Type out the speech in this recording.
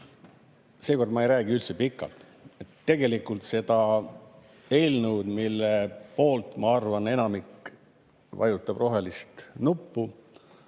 Seekord ma ei räägi üldse pikalt. Tegelikult see eelnõu, mille poolt, ma arvan, enamik on ja vajutab rohelist nuppu,